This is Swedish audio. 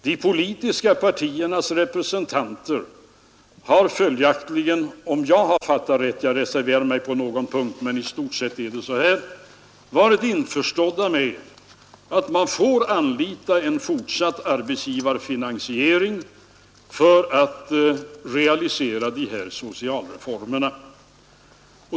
De politiska partiernas representanter har följaktligen, om jag fattat det rätt — jag reserverar mig beträffande någon punkt, men i stort sett är det så — varit införstådda med att man får anlita en fortsatt arbetsgivarfinansiering för att kunna realisera dessa sociala reformer.